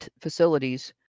facilities